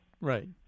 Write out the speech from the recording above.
Right